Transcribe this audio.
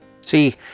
See